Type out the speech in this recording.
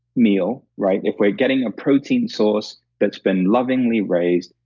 meal, right? if we're getting a protein source that's been lovingly raised,